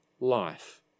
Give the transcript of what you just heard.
life